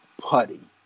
Putty